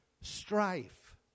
Strife